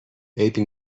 عیبی